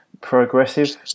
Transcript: progressive